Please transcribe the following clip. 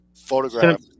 photograph